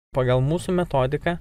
pagal mūsų metodiką